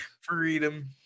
Freedom